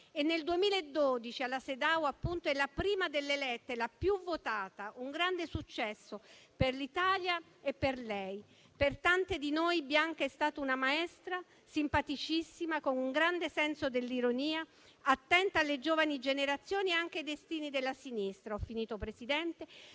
women (Cedaw) appunto fu la prima delle elette, la più votata; un grande successo per l'Italia e per lei. Per tante di noi, Bianca è stata una maestra, simpaticissima, con un grande senso dell'ironia, attenta alle giovani generazioni e anche ai destini della sinistra, animatrice del